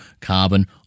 carbon